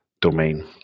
domain